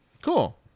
Cool